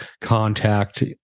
contact